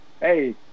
hey